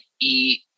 eat